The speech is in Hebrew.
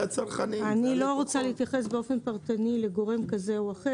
אני לא רוצה להתייחס באופן פרטני לגורם כזה או אחר,